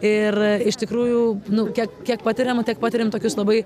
ir iš tikrųjų nu kiek kiek patiriame tiek patiriam tokius labai